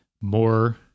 more